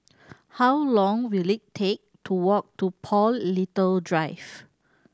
how long will it take to walk to Paul Little Drive